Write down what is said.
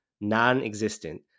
non-existent